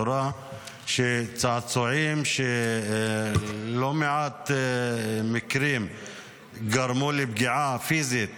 צעצועים בלא מעט מקרים גרמו לפגיעה פיזית